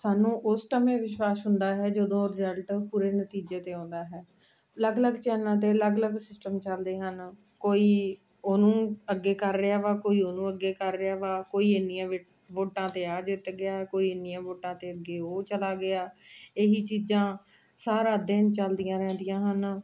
ਸਾਨੂੰ ਉਸ ਟਾਈਮ ਇਹ ਵਿਸ਼ਵਾਸ ਹੁੰਦਾ ਹੈ ਜਦੋਂ ਰਿਜਲਟ ਪੂਰੇ ਨਤੀਜੇ 'ਤੇ ਆਉਂਦਾ ਹੈ ਅਲੱਗ ਅਲੱਗ ਚੈਨਲਾਂ 'ਤੇ ਅਲੱਗ ਅਲੱਗ ਸਿਸਟਮ ਚੱਲਦੇ ਹਨ ਕੋਈ ਉਹਨੂੰ ਅੱਗੇ ਕਰ ਰਿਹਾ ਵਾ ਕੋਈ ਉਹਨੂੰ ਅੱਗੇ ਕਰ ਰਿਹਾ ਵਾ ਕੋਈ ਇੰਨੀਆਂ ਵੋਟਾਂ 'ਤੇ ਆ ਜਿੱਤ ਗਿਆ ਕੋਈ ਇੰਨੀਆਂ ਵੋਟਾਂ 'ਤੇ ਅੱਗੇ ਉਹ ਚਲਾ ਗਿਆ ਇਹੀ ਚੀਜ਼ਾਂ ਸਾਰਾ ਦਿਨ ਚੱਲਦੀਆਂ ਰਹਿੰਦੀਆਂ ਹਨ